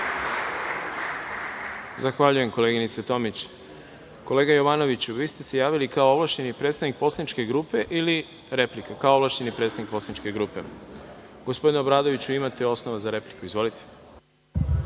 Zahvaljujem koleginice Tomić. Kolega Jovanoviću, javili ste se kao ovlašćeni predstavnik poslaničke grupe ili replike kao ovlašćeni predstavnik poslaničke grupe? Gospodine Obradoviću, imate osnova za repliku. Izvolite.